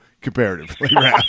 comparatively